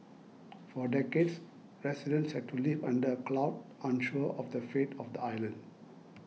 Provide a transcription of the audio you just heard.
for decades residents had to live under a cloud unsure of the fate of the island